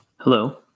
Hello